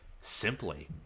simply